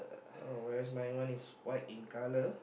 oh whereas my one is white in color